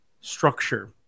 structure